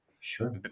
Sure